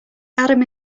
adam